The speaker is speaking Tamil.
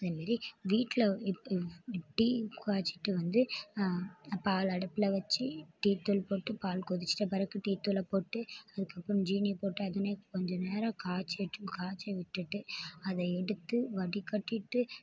அதே மாதிரி வீட்டில் இப்போ டீ காய்ச்சிட்டு வந்து பாலை அடுப்பில் வச்சு டீத்தூள் போட்டு பால் கொதிச்சுட்ட பிறகு டீத்தூளை போட்டு அதுக்கப்புறம் ஜீனி போட்டு அதை கொஞ்ச நேரம் காய்ச்சிட்டு காய்ச்ச விட்டுட்டு அதை எடுத்து வடிக்கட்டிட்டு